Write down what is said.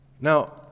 Now